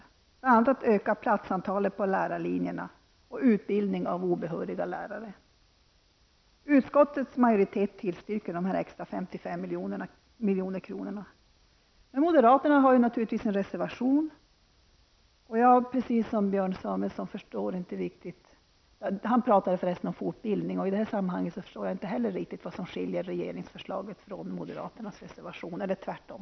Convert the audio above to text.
Bl.a. handlar det om en ökning av platsantalet på lärarlinjerna och om utbildning av obehöriga lärare. Utskottets majoritet tillstyrker att föreslagna extra 55 miljoner anslås för detta ändamål. Moderaterna har naturligtvis en reservation här. Jag förstår inte varför. Björn Samuelson talade också om fortbildning. Jag måste säga att jag inte heller förstår vad det är som skiljer regeringsförslaget från moderaternas reservation -- eller tvärtom.